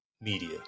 media